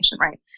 right